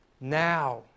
Now